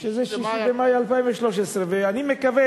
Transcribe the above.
6 במאי 2013. 6 במאי 2013. אני מקווה,